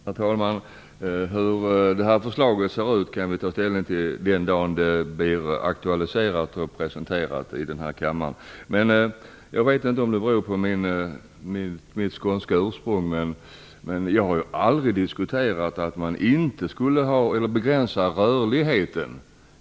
Herr talman! Hur detta förslag ser ut kan vi ta ställning till den dag det blir aktualiserat och presenterat i den här kammaren. Jag vet inte om det är mitt skånska ursprung som gör att jag missuppfattas. Jag har aldrig diskuterat att man skulle begränsa rörligheten.